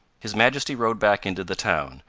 his majesty rode back into the town,